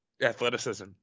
athleticism